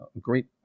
great